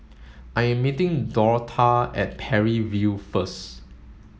I am meeting Dortha at Parry View first